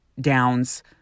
downs